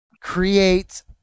create